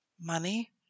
money